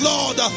Lord